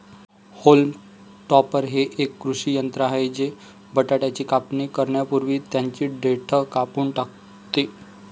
haulm topper हे एक कृषी यंत्र आहे जे बटाट्याची कापणी करण्यापूर्वी त्यांची देठ कापून टाकते